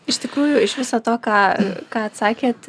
iš tikrųjų iš viso to ką ką atsakėt